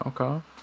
okay